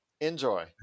Enjoy